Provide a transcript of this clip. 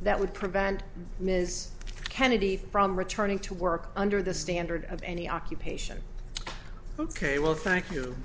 that would prevent ms kennedy from returning to work under the standard of any occupation ok well thank you